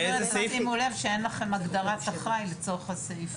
אני אומרת שימו לב שאין לכם הגדרת אחראי לצורך הסעיף הזה.